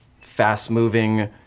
fast-moving